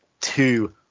two